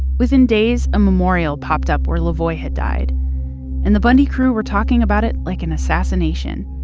within days a memorial popped up where lavoy had died and the bundy crew were talking about it like an assassination.